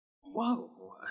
Whoa